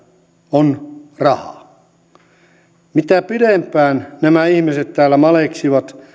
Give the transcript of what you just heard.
on raha mitä pidempään nämä ihmiset täällä maleksivat